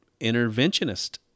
interventionist